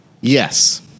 Yes